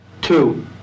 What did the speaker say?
Two